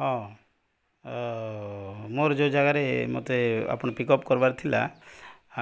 ହଁ ମୋର୍ ଯୋଉ ଜାଗାରେ ମତେ ଆପଣ ପିକ୍ ଅପ୍ କର୍ବାର୍ ଥିଲା